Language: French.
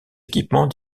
équipements